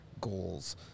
Goals